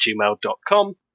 gmail.com